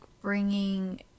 bringing